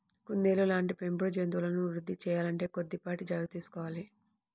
కుందేళ్ళ లాంటి పెంపుడు జంతువులను వృద్ధి సేయాలంటే కొద్దిపాటి జాగర్తలు తీసుకోవాలి